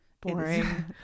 Boring